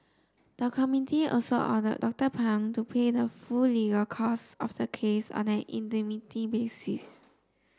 the committee also order Doctor Pang to pay the full legal costs of the case on an indemnity basis